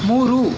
ಮೂರು